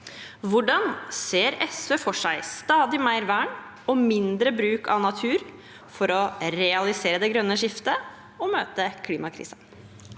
Hvordan ser SV for seg stadig mer vern og mindre bruk av natur for å realisere det grønne skiftet og møte klimakrisen?